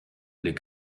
les